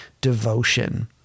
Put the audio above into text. devotion